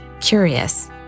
curious